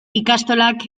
ikastolak